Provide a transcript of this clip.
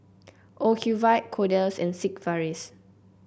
Ocuvite Kordel's and Sigvaris